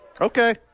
Okay